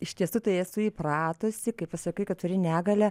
iš tiesų tai esu įpratusi kai pasakai kad turi negalią